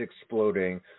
exploding